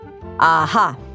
Aha